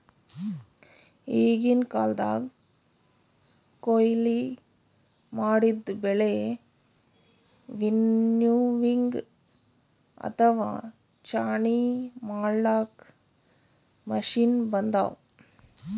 ಈಗಿನ್ ಕಾಲ್ದಗ್ ಕೊಯ್ಲಿ ಮಾಡಿದ್ದ್ ಬೆಳಿ ವಿನ್ನೋವಿಂಗ್ ಅಥವಾ ಛಾಣಿ ಮಾಡ್ಲಾಕ್ಕ್ ಮಷಿನ್ ಬಂದವ್